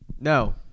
No